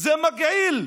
זה מגעיל,